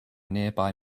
nearby